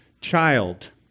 Child